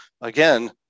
again